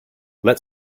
let